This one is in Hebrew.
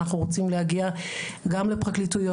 אנחנו רוצים להגיע גם לפרקליטויות,